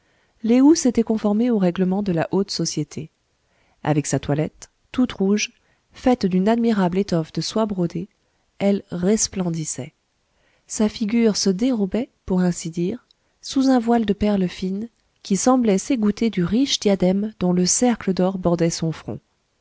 lé ou s'était conformée aux règlements de la haute société avec sa toilette toute rouge faite d'une admirable étoffe de soie brodée elle resplendissait sa figure se dérobait pour ainsi dire sous un voile de perles fines qui semblaient s'égoutter du riche diadème dont le cercle d'or bordait son front